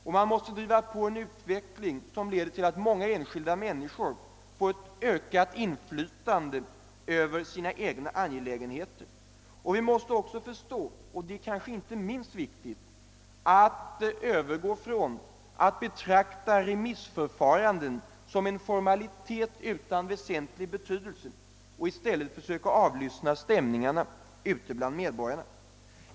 Vi måste driva på en utveckling som leder till att många enskilda människor får ett ökat inflytande över sina egna angelägenheter. Vi måste också — och det är kanske inte minst viktigt — upphöra att betrakta remissförfaranden som en formalitet utan väsentlig betydelse och i stället försöka avlyssna stämningarna ute bland medborgarna.